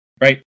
Right